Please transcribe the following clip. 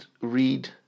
read